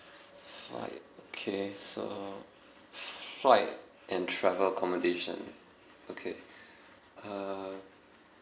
flight okay so flight and travel accommodation okay uh